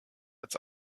als